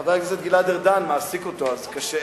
חבר הכנסת גלעד ארדן מעסיק אותו, אז קשה.